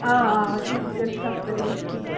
آ آ تِم تہِ پیٚن سَستہٕ ریٹسٕے